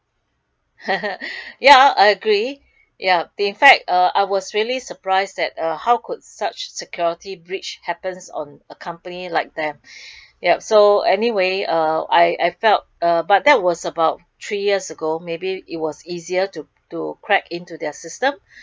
ya I agree ya in fact uh I was really surprised that uh how could such security breach happens on company like them yup so anyway I I felt but that was about three years ago maybe it was easier to to crack into their system